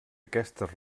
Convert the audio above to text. aquestes